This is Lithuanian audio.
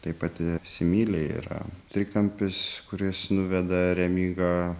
taip pat įsimyli yra trikampis kuris nuveda remygą